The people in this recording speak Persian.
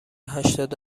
هشتاد